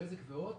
בזק והוט,